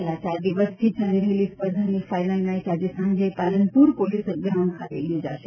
છેલ્લા ચાર દિવસથી ચાલી રહેલી સ્પર્ધાની ફાઇનલ આજે સાંજે પાલનપુર પોલીસ ગ્રાઉન્ડ ખાતે યોજાશે